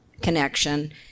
connection